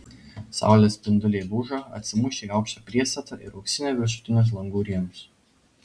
saulės spinduliai lūžo atsimušę į aukštą priestatą ir auksino viršutinius langų rėmus